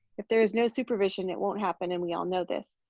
if there is no supervision, it won't happen, and we all know this.